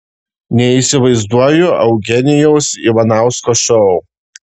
neįsivaizduoju eugenijaus ivanausko šou